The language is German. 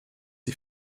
die